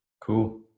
Cool